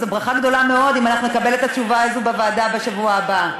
זו ברכה גדולה מאוד אם אנחנו נקבל את התשובה הזאת בוועדה בשבוע הבא.